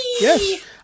Yes